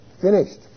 Finished